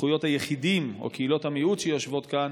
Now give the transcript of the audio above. לזכויות היחידים או קהילות המיעוט שיושבות כאן,